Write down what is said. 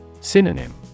Synonym